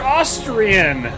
Austrian